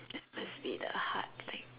it must be the hard thing